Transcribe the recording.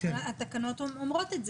התקנות אומרות את זה.